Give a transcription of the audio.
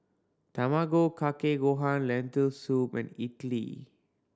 Tamago Kake Gohan Lentil Soup and